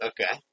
Okay